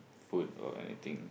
food or anything